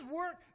work